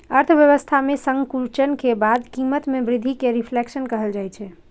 अर्थव्यवस्था मे संकुचन के बाद कीमत मे वृद्धि कें रिफ्लेशन कहल जाइ छै